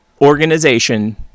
organization